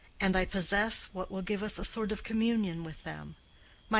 and i possess what will give us a sort of communion with them.